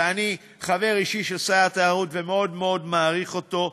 ואני חבר אישי של שר התיירות ומאוד מאוד מעריך אותו,